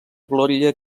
glòria